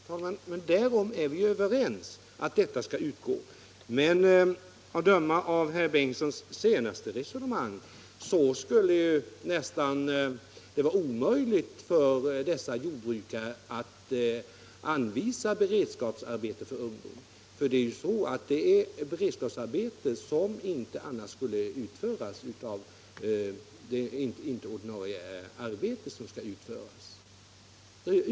Herr talman! Därom är vi överens — detta skall utgå. Att döma av herr Bengtssons senaste resonemang skulle det emellertid nästan vara omöjligt för dessa jordbrukare att anvisa beredskapsarbete för ungdom. Det gäller dock beredskapsarbete som annars inte skulle utföras — det är inte ordinarie arbete som. skall utföras.